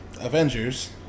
Avengers